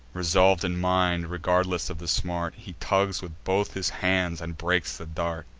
resolv'd in mind, regardless of the smart, he tugs with both his hands, and breaks the dart.